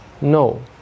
No